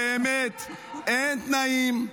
אין תנאים,